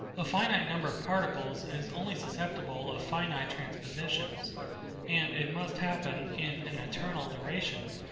a finite number of particles is only susceptible of finite transpositions and it must happen, in an eternal duration,